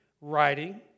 writing